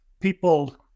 people